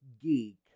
geek